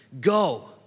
go